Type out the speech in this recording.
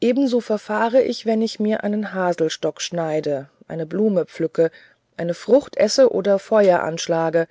ebenso verfahre ich wenn ich mir einen haselstock schneide eine blume pflücke eine frucht esse oder feuer anschlage